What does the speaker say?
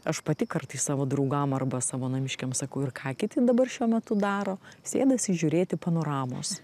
aš pati kartais savo draugam arba savo namiškiam sakau ir ką kiti dabar šiuo metu daro sėdasi žiūrėti panoramos